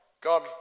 God